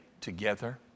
together